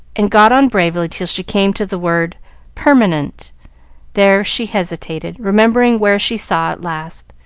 and got on bravely till she came to the word permanent there she hesitated, remembering where she saw it last.